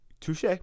Touche